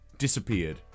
disappeared